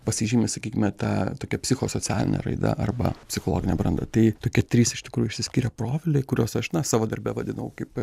pasižymi sakykime ta tokia psichosocialine raida arba psichologine branda tai tokie trys iš tikrųjų išsiskiria profiliai kuriuos aš na savo darbe vadinau kaip